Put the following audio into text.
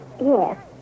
Yes